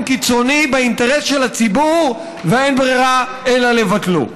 קיצוני באינטרס של הציבור ואין ברירה אלא לבטלו.